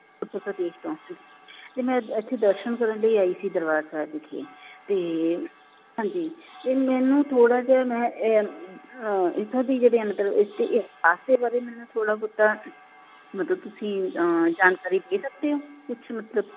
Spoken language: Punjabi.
ਉੱਤਰ ਪ੍ਰਦੇਸ਼ ਤੋਂ ਜੀ ਅਤੇ ਮੈਂ ਅ ਇੱਥੇ ਦਰਸ਼ਨ ਕਰਨ ਲਈ ਆਈ ਸੀ ਦਰਬਾਰ ਸਾਹਿਬ ਵਿਖੇ ਅਤੇ ਹਾਂਜੀ ਅਤੇ ਮੈਨੂੰ ਥੋੜ੍ਹਾ ਜਿਹਾ ਮੈਂ ਇੱਥੋਂ ਦੀ ਜਿਹੜੀ ਹੈ ਮਤਲਬ ਇਤਿਹਾਸ ਦੇ ਬਾਰੇ ਮੈਨੂੰ ਥੋੜ੍ਹਾ ਬਹੁਤਾ ਮਤਲਬ ਤੁਸੀਂ ਜਾਣਕਾਰੀ ਦੇ ਸਕਦੇ ਹੋ ਕੁਛ ਮਤਲਬ